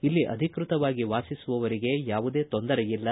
ಇಲ್ಲಿ ಅಧಿಕೃತವಾಗಿ ವಾಸಿಸುವವರಿಗೆ ಯಾವುದೇ ತೊಂದರೆಯಿಲ್ಲ